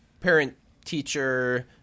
parent-teacher